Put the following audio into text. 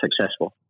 successful